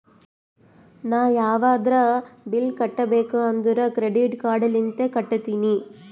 ನಾ ಯಾವದ್ರೆ ಬಿಲ್ ಕಟ್ಟಬೇಕ್ ಅಂದುರ್ ಕ್ರೆಡಿಟ್ ಕಾರ್ಡ್ ಲಿಂತೆ ಕಟ್ಟತ್ತಿನಿ